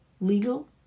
legal